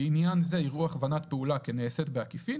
לעניין זה יראו הכוונת פעולה כנעשית בעקיפין